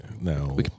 No